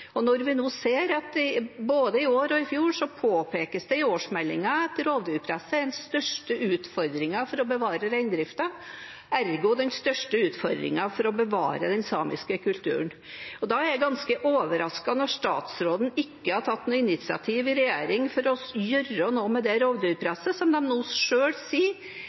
Vi ser både i år og i fjor at det påpekes i årsmeldingen at rovdyrpresset er den største utfordringen for å bevare reindriften – ergo den største utfordringen for å bevare den samiske kulturen. Da er jeg ganske overrasket når statsråden ikke har tatt noe initiativ i regjering for å gjøre noe med det rovdyrpresset som de nå selv sier